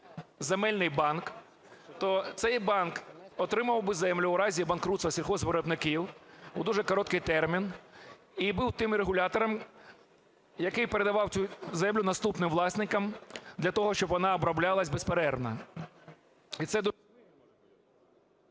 земельний банк, то цей банк отримав би землю у разі банкрутства сільгоспвиробників у дуже короткий термін і був тим регулятором, який передавав цю землю наступним власникам для того, щоб вона оброблялась безперервно.